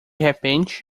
repente